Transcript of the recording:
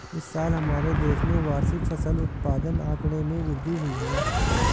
इस साल हमारे देश में वार्षिक फसल उत्पादन आंकड़े में वृद्धि हुई है